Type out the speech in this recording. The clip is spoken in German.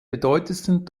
bedeutendsten